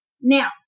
Now